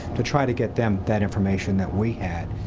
to try to get them that information that we had.